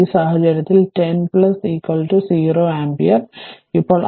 അതിനാൽ ഈ സാഹചര്യത്തിൽ 1 0 0 ആമ്പിയർ ആയിരിക്കും